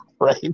right